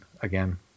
again